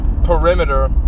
Perimeter